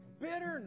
bitterness